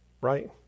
right